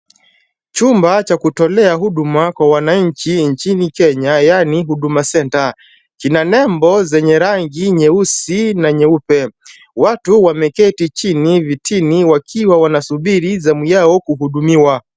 Chumba cha kutolea huduma kwa wananchi nchini Kenya yaani Huduma Center. Kina nembo zenye rangi nyeusi na nyeupe. Watu wameketi chini vitini wakiwa wanasubiri zamu yao kuhudumiwa.